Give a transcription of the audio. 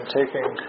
taking